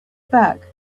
back